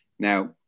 Now